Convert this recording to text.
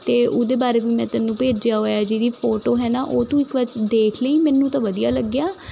ਅਤੇ ਉਹਦੇ ਬਾਰੇ ਵੀ ਮੈਂ ਤੈਨੂੰ ਭੇਜਿਆ ਹੋਇਆ ਜਿਹਦੀ ਫੋਟੋ ਹੈ ਨਾ ਉਹ ਤੂੰ ਇੱਕ ਵਾਰ ਦੇਖ ਲਈ ਮੈਨੂੰ ਤਾਂ ਵਧੀਆ ਲੱਗਿਆ